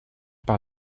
par